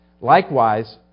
Likewise